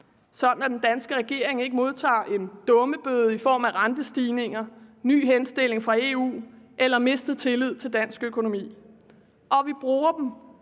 så den danske regering ikke modtager en dummebøde i form af rentestigninger, ny henstilling fra EU eller mistet tillid til dansk økonomi. Og vi bruger dem